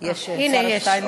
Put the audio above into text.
הנה, יש.